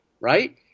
right